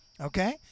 Okay